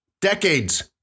decades